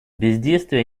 бездействие